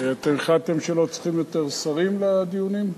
החלטתם שלא צריכים יותר שרים לדיונים?